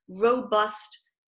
robust